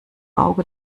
auge